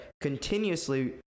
continuously